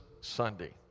Sunday